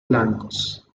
blancos